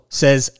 says